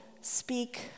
speak